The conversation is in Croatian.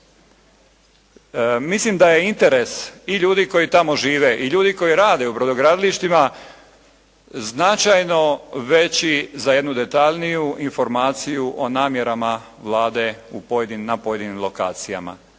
Mislim da je interes i ljudi koji tamo žive i ljudi koji rade u brodogradilištima značajno veći za jednu detaljniju informaciju o namjerama Vlade na pojedinim lokacijama.